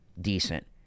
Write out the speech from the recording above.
decent